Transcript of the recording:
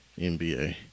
nba